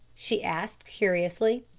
she asked curiously.